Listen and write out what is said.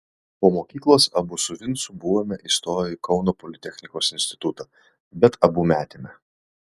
po mokyklos abu su vincu buvome įstoję į kauno politechnikos institutą bet abu metėme